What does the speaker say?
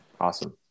awesome